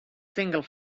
single